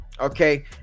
Okay